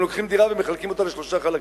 לוקחים דירה ומחלקים אותה לשלושה חלקים.